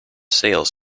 sales